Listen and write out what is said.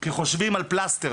כי חושבים על פתרון ׳פלסטר׳.